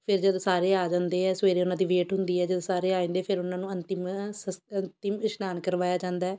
ਫ਼ਿਰ ਜਦੋਂ ਸਾਰੇ ਆ ਜਾਂਦੇ ਆ ਸਵੇਰੇ ਉਹਨਾਂ ਦੀ ਵੇਟ ਹੁੰਦੀ ਹੈ ਜਦੋਂ ਸਾਰੇ ਆ ਜਾਂਦੇ ਫ਼ਿਰ ਉਹਨਾਂ ਨੂੰ ਅੰਤਿਮ ਸਸ ਅੰਤਿਮ ਇਸ਼ਨਾਨ ਕਰਵਾਇਆ ਜਾਂਦਾ ਹੈ